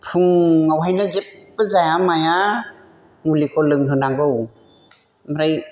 फुङावनो जेबबो जाया माया मुलिखौ लोंहोनांगौ ओमफ्राय